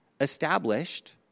established